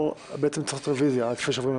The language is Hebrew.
בשעה 11:10 נתכנס כדי להצביע על